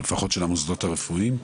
לפחות של המוסדות הרפואיים.